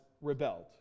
rebelled